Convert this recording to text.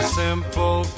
simple